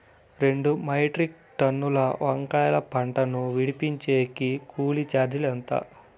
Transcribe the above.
రెండు మెట్రిక్ టన్నుల వంకాయల పంట ను విడిపించేకి కూలీ చార్జీలు ఎంత?